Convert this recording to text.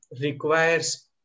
requires